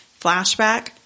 flashback